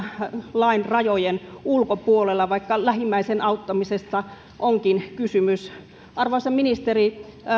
lain rajojen ulkopuolella vaikka lähimmäisen auttamisesta onkin kysymys arvoisa ministeri